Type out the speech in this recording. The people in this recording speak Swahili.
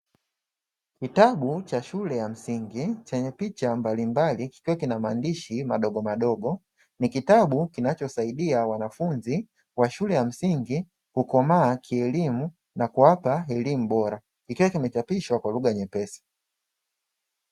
Kitabu cha shule ya msingi chenye picha mbalimbali kikiwa na maandishi madogomadogo, ni kitabu kinachosaidia wanafunzi wa shule ya msingi kukomaa kielimu na kuwapa elimu bora kikiwa kimechapishwa kwa lugha nyepesi.